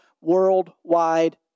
worldwide